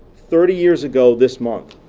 thirty years ago this month,